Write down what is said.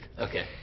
Okay